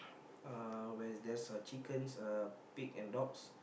uh where there's uh chickens uh pig and dogs